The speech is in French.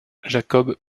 jacob